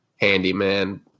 handyman